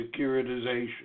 securitization